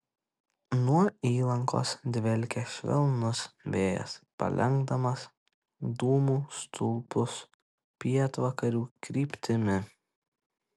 nuo įlankos dvelkė švelnus vėjas palenkdamas dūmų stulpus pietvakarių kryptimi